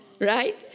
right